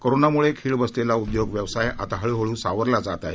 कोरोनामुळे खीळ बसलेला उद्योग व्यवसाय आता हळूहळू सावरला जात आहे